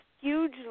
huge